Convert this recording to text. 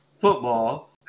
football